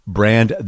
brand